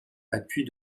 appuie